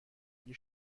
اگه